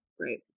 Right